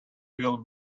will